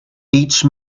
each